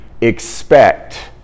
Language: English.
expect